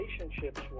relationships